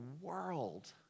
world